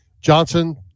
Johnson